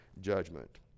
judgment